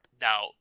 now